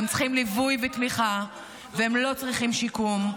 והם צריכים ליווי ותמיכה, והם לא צריכים שיקום.